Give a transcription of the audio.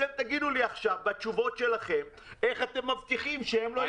אתם תגידו לי עכשיו בתשובות שלכם איך אתם מבטיחים שהם לא יקצצו.